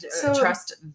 trust